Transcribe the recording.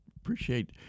appreciate